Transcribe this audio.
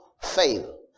fail